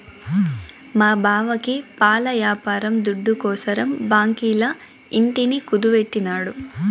మా బావకి పాల యాపారం దుడ్డుకోసరం బాంకీల ఇంటిని కుదువెట్టినాడు